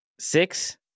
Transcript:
Six